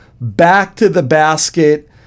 back-to-the-basket